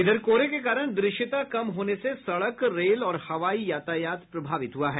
इधर कोहरे के कारण दृश्यता कम होने से सड़क रेल और हवाई यातायात प्रभावित हुआ है